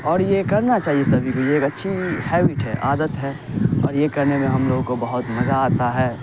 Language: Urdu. اور یہ کرنا چاہیے سبھی کو یہ ایک اچھی ہیبٹ ہے عادت ہے اور یہ کرنے میں ہم لوگوں کو بہت مزہ آتا ہے